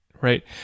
right